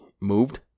moved